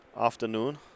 afternoon